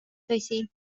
tõsi